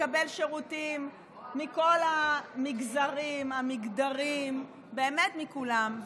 לקבל שירותים מכל המגזרים, המגדרים, באמת מכולם?